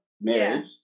marriage